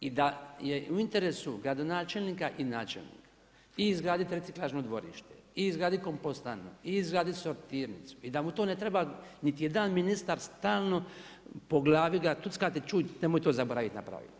I da je u interesu gradonačelnika i načelnika izgraditi reciklažno dvorište, izgraditi kompostanu, izgraditi sortirnicu i da mu to ne treba niti jedan ministar stalno po glavi ga tuckati čuj nemoj to zaboravit napravit.